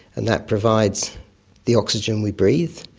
and that provides the oxygen we breathe,